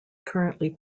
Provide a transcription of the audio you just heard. currently